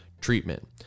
treatment